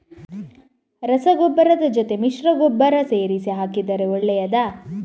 ರಸಗೊಬ್ಬರದ ಜೊತೆ ಮಿಶ್ರ ಗೊಬ್ಬರ ಸೇರಿಸಿ ಹಾಕಿದರೆ ಒಳ್ಳೆಯದಾ?